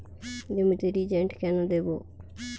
জমিতে রিজেন্ট কেন দেবো?